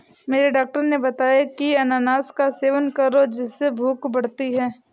मेरे डॉक्टर ने बताया की अनानास का सेवन करो जिससे भूख बढ़ती है